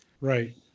Right